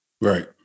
Right